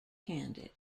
handed